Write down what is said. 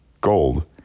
gold